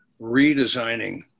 redesigning